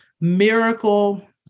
miracle